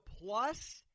plus